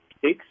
six